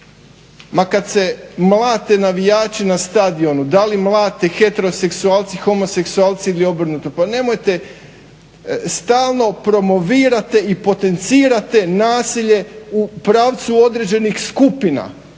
Ma kada se mlate navijače na stadionu da li mlate heteroseksualci, homoseksualci ili obrnuto. Pa nemojte stalno promovirate i potencirate nasilje u pravcu određenih skupina